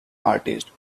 artist